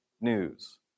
news